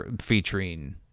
featuring